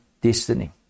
destiny